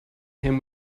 him